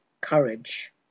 courage